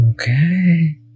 okay